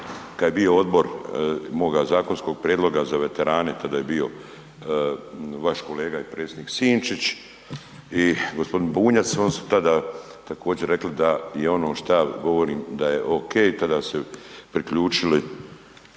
kada je bio odbor moga zakonskog prijedloga za veterane tada je bio vaš kolega i predsjednik Sinčić i gospodin Bunjac oni su tada također rekli da je ono što ja govorim da je ok. Tada su se priključili